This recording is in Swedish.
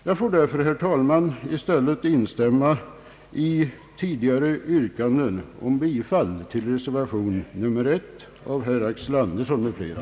Jag får därför, herr talman, i stället instämma i tidigare yrkande om bifall till reservation 1 av herr Axel Andersson m.fl.